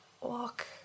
walk